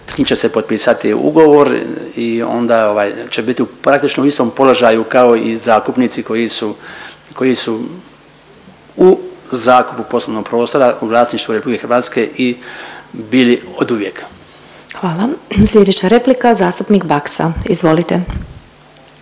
njim će se potpisati ugovor i onda ovaj će biti u praktično istom položaju kao i zakupnici koji su, koji su u zakupu poslovnog prostora u vlasništvu RH i bili oduvijek. **Glasovac, Sabina (SDP)** Hvala. Slijedeća replika zastupnik Baksa. Izvolite.